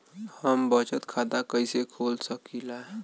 हम बचत खाता कईसे खोल सकिला?